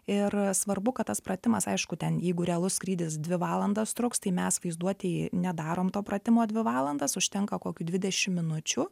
ir svarbu kad tas pratimas aišku ten jeigu realus skrydis dvi valandas truks tai mes vaizduotėj nedarom to pratimo dvi valandas užtenka kokių dvidešim minučių